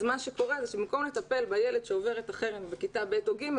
אז מה שקורה זה שבמקום לטפל בילד שעובר את החרם בכיתה ב' או ג',